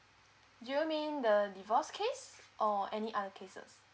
do you mean the the divorce case or any other cases